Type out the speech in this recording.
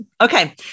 Okay